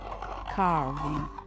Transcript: carving